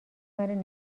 منو